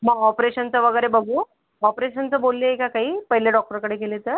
मग ऑपरेशनचं वगैरे बघू ऑपरेशनचं बोलले का काही पहिल्या डॉक्टरकडे गेले तर